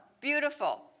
beautiful